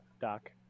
Doc